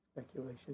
speculation